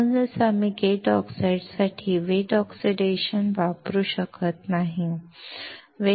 म्हणूनच आम्ही गेट ऑक्साईडसाठी वेट ऑक्सिडेशन वापरू शकत नाही